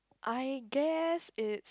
I guess is